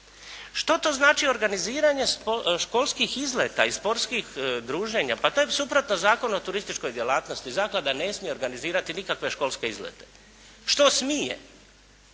Što to znači organiziranje sportskih izleta i sportskih druženja? Pa to je suprotno Zakonu o turističkoj djelatnosti. Zaklada ne smije organizirati nikakve školske izlete. Što smije?